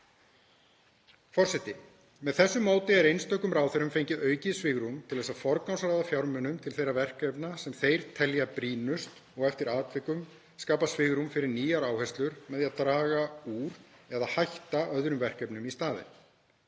Forseti. Með þessu móti er einstökum ráðherrum fengið aukið svigrúm til að forgangsraða fjármunum til þeirra verkefna sem þeir telja brýnust og eftir atvikum skapast svigrúm fyrir nýjar áherslur með því að draga úr eða hætta öðrum verkefnum í staðinn.